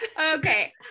okay